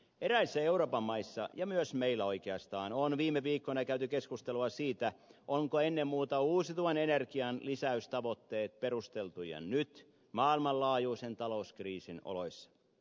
eräissä euroopan maissa ja myös meillä oikeastaan on viime viikkoina käyty keskustelua siitä ovatko ennen muuta uusiutuvan energian lisäystavoitteet perusteltuja nyt maailmanlaajuisen talouskriisin oloissa